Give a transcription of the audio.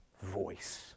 voice